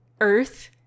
Earth